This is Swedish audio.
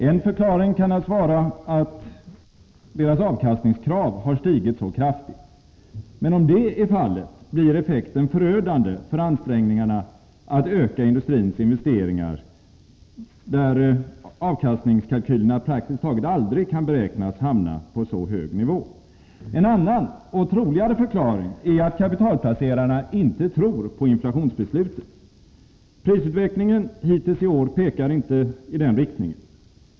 En förklaring kan naturligtvis vara att deras avkastningskrav har stigit så kraftigt. Men om det är fallet, blir effekten förödande för ansträngningarna att öka industrins investeringar, där avkastningskalkylerna praktiskt taget aldrig kan beräknas hamna på så hög nivå. En annan — och troligare — förklaring är att kapitalplacerarna inte tror på inflationsbeslutet. Prisutvecklingen hittills i år pekar i den riktningen.